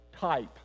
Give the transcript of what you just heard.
type